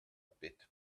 bit